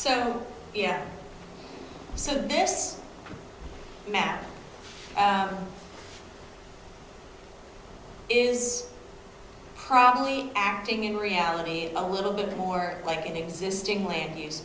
so yeah so this map is probably acting in reality a little bit more like an existing land use